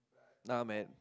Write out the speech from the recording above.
nah man